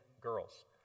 girls